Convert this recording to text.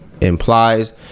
implies